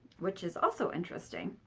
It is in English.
which is also interesting.